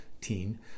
teen